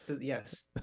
Yes